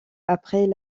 après